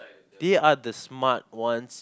they are the smart ones